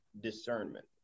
discernment